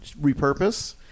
repurpose